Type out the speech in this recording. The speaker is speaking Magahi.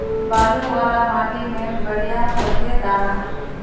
बालू वाला माटी में बढ़िया होते दाना?